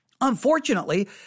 Unfortunately